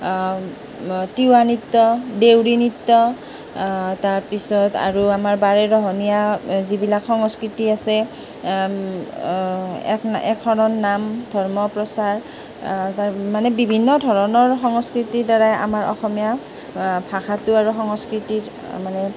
আ তিৱা নৃত্য দেউৰী নৃত্য তাৰপিছত আৰু আমাৰ বাৰেৰহণীয়া যিবিলাক সংস্কৃতি আছে এক এক শৰণ নাম ধৰ্ম প্ৰচাৰ মানে বিভিন্ন ধৰণৰ সংস্কৃতিৰ দ্বাৰা আমাৰ অসমীয়া ভাষাটো আৰু সংস্কৃতি মানে